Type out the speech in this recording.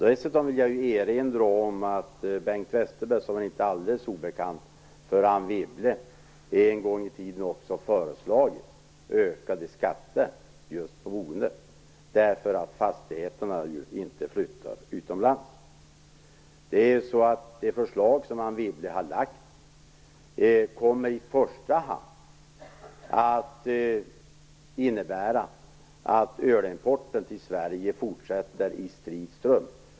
Dessutom vill jag erinra om att Bengt Westerberg, som väl inte är alldeles obekant för Anne Wibble, en gång i tiden också föreslagit ökade skatter på boendet just för att fastigheterna ju inte flyttar utomlands. Det förslag som Anne Wibble lagt kommer i första hand att innebära att ölimporten till Sverige fortsätter i strid ström.